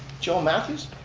joe matthews?